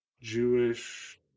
Jewish